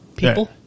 people